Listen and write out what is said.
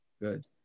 Good